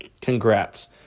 Congrats